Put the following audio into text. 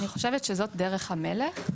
אני חושבת שזו דרך המלך.